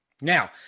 now